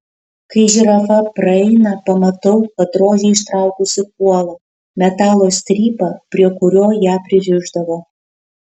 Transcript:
kai žirafa praeina pamatau kad rožė ištraukusi kuolą metalo strypą prie kurio ją pririšdavo